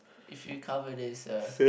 if you cover this uh